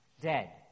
Dead